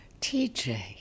TJ